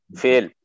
fail